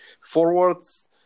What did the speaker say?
forwards